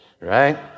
right